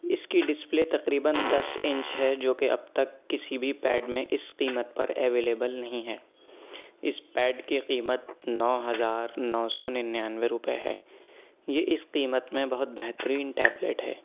اس كى ڈسپلے تقريباً دس انچ ہے جو كہ اب تک کسی بھی پیڈ میں اس قیمت پر اویلیبل نہیں ہے اس پیڈ کی قیمت نو ہزار نو سو ننانوے روپے ہے یہ اس قیمت میں بہت بہترین ٹیبلیٹ ہے